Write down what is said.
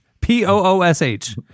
P-O-O-S-H